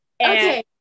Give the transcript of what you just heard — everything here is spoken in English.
Okay